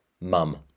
mum